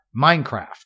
Minecraft